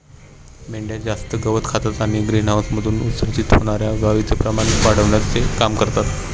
मेंढ्या जास्त गवत खातात आणि ग्रीनहाऊसमधून उत्सर्जित होणार्या वायूचे प्रमाण वाढविण्याचे काम करतात